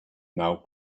now